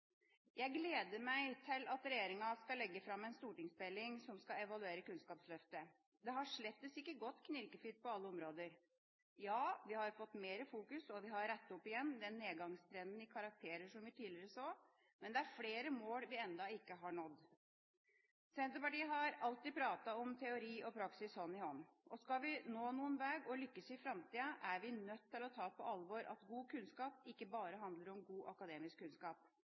Jeg gleder meg til regjeringa skal legge fram en stortingsmelding som skal evaluere Kunnskapsløftet. Det har slettes ikke gått knirkefritt på alle områder. Ja, vi har fått mer fokus, og vi har rettet opp igjen den nedgangstrenden i karakterer som vi tidligere så, men det er flere mål vi ennå ikke har nådd. Senterpartiet har alltid pratet om teori og praksis hånd i hånd. Skal vi nå noen veg og lykkes i framtida, er vi nødt til å ta på alvor at god kunnskap ikke bare handler om god akademisk kunnskap.